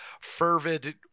fervid